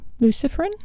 luciferin